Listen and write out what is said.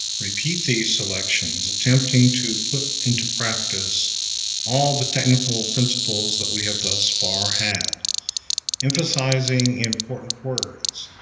repeat these selections, attempting to put into practise all the technical principles that we have thus far had emphasizing important words,